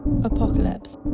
Apocalypse